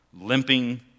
limping